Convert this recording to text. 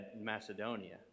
Macedonia